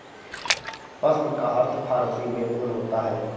पश्म का अर्थ फारसी में ऊन होता है